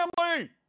family